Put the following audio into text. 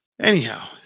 Anyhow